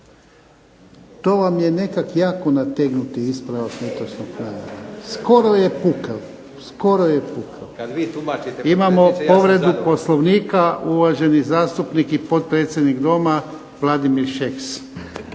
To vam je nekak jako nategnuti ispravak netočnog navoda, skoro je pukel. Imamo povredu Poslovnika, uvaženi zastupnik i potpredsjednik Doma, Vladimir Šeks.